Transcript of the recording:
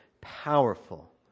powerful